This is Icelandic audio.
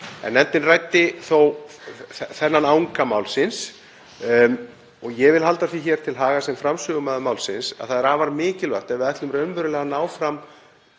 en nefndin ræddi þó þennan anga málsins. Ég vil halda því til haga sem framsögumaður málsins að það sé afar mikilvægt, ef við ætlum raunverulega að ná fram